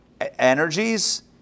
energies